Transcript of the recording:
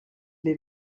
est